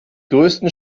größten